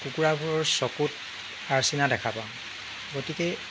কুকুৰাবোৰ চকুত আৰ্চিনা দেখা পাওঁ গতিকে